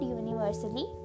universally